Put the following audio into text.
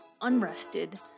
unrested